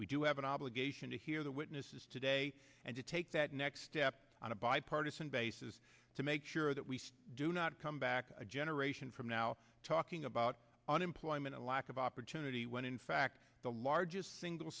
we do have an obligation to hear the witnesses today and to take that next step on a bipartisan basis to make sure that we do not come back a generation from now talking about unemployment a lack of opportunity when in fact the largest single